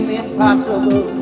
impossible